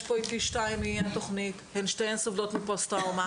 יש פה איתי שתיים מהתוכנית שהן שתיהן סובלות מפוסט-טראומה.